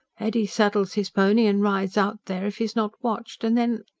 eddy saddles his pony and rides out there, if he's not watched and then.